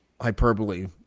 hyperbole